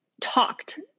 talked